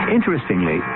Interestingly